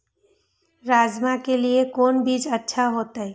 राजमा के लिए कोन बीज अच्छा होते?